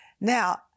Now